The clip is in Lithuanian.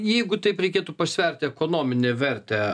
jeigu taip reikėtų pasverti ekonominę vertę